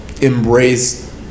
embrace